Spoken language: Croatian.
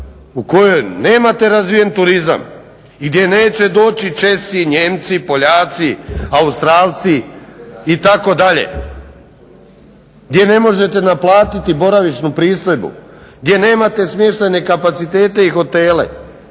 u kojoj nemate razvijen turizam, gdje neće doći Česi, Nijemci, Poljaci, Australci itd. gdje ne možete naplatiti boravišnu pristojbu, gdje nemate smještajne kapacitete i hotele,